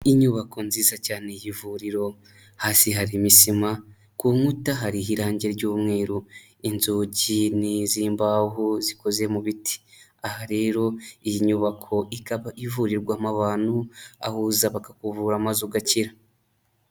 Ni inyubako nziza cyane y'ivuriro, hasi harimo isima, ku nkuta hariho irangi ry'umweru, inzugi ni iz'imbaho zikoze mu biti, aha rero iyi nyubako ikaba ivurirwamo abantu aho uza bakakuvura maze ugakira.